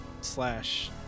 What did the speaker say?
slash